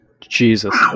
Jesus